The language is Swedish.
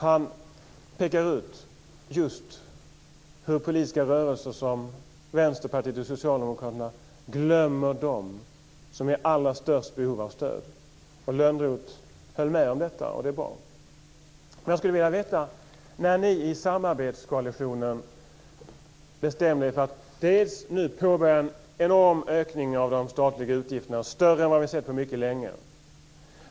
Han pekar ut just hur politiska rörelser som Vänsterpartiet och Socialdemokraterna glömmer dem som är i allra störst behov av stöd. Johan Lönnroth höll med om detta, och det är bra. Ni har i samarbetskoalitionen bestämt er för att påbörja en enorm ökning av de statliga utgifterna, större än vi vad sett på mycket länge.